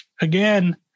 again